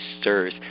stirs